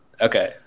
Okay